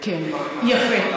יפה.